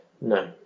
No